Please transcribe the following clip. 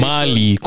Mali